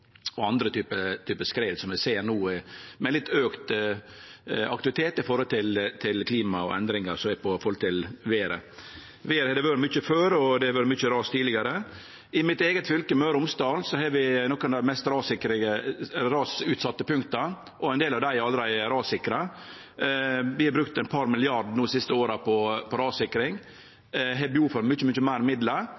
andre typar skred som vi ser no, med litt auka aktivitet som følgje av klima- og vêrendringar. Vêr har det òg vore mykje av før, og det har vore mykje ras tidlegare. I mitt eige fylke, Møre og Romsdal, har vi nokre av dei mest rasutsette punkta. Ein del av dei er allereie rassikra. Vi har i det siste som sagt årleg brukt eit par milliardar kroner på rassikring,